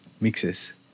mixes